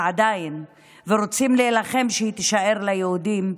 ועדיין רוצים להילחם שהיא תישאר ליהודים,